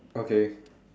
okay